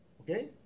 okay